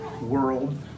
world